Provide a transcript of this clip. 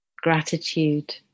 Gratitude